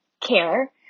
care